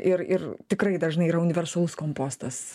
ir ir tikrai dažnai yra universalus kompostas